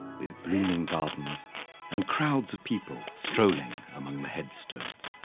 blooming gardens and crowds of people strolling among the headstones.